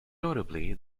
notably